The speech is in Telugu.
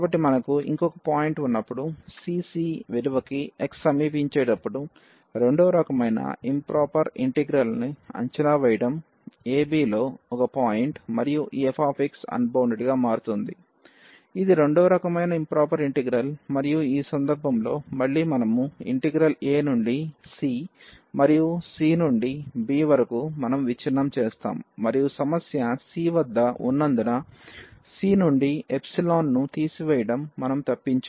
కాబట్టి మనకు ఇంకొక పాయింట్ ఉన్నప్పుడు c cవిలువకి x సమీపించేటప్పుడు రెండవ రకమైన ఇంప్రొపర్ ఇంటిగ్రల్ ను అంచనా వేయడం a b లో ఒక పాయింట్ మరియు ఈ fx అన్బౌండెడ్ గా మారుతోంది ఇది రెండవ రకమైన ఇంప్రొపెర్ ఇంటిగ్రల్ మరియు ఈ సందర్భంలో మళ్ళీ మనము ఇంటిగ్రల్ a నుండి c మరియు c నుండి b వరకు మనము విచ్ఛిన్నం చేస్తాము మరియు సమస్య c వద్ద ఉన్నందున c నుండి ను తీసివేయడం మనము తప్పించాము